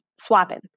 swapping